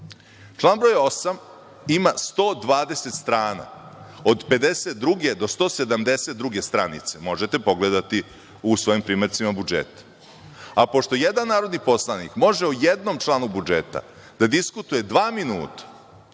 Član broj 8. ima 120 strana, od 52 do 172 stranice. Možete pogledati u svojim primercima budžeta. Pošto jedan narodni poslanik može o jednom članu budžeta da diskutuje dva minuta,